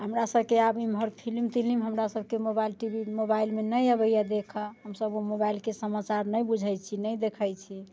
हमरा सभकेँ आब एम्हर फिलिम तिलीम हमरा सभके मोबाइल टी वी मोबाइलमे नहि अबैया देखऽ हम सभ ओ मोबाइलके समाचार नहि बुझैत छी नहि देखैत छी